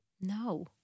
No